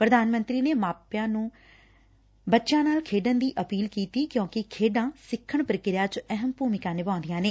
ਪ੍ਰਧਾਨ ਮੰਤਰੀ ਨੇ ਮਾਪਿਆ ਨੰ ਬਚਿਆਂ ਨਾਲ ਖੇਡਣ ਦੀ ਅਪੀਲ ਕੀਤੀ ਕਿਉਂਕਿ ਖੇਡਾਂ ਸਿੱਖਣ ਪ੍ਰਕਿਰਿਆ ਚ ਅਹਿਮ ਭੁਮਿਕਾ ਨਿਭਾਉਦੀਆਂ ਨੇ